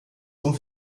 zum